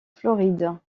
floride